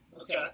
Okay